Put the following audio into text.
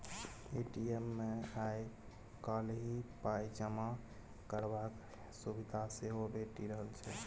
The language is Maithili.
ए.टी.एम मे आइ काल्हि पाइ जमा करबाक सुविधा सेहो भेटि रहल छै